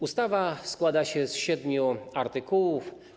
Ustawa składa się z siedmiu artykułów.